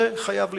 זה חייב להישמר.